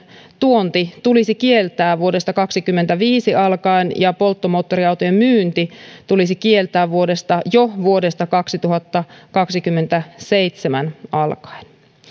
tuonti tulisi kieltää vuodesta kaksikymmentäviisi alkaen ja polttomoottoriautojen myynti tulisi kieltää jo vuodesta kaksituhattakaksikymmentäseitsemän alkaen